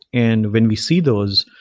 and when we see those,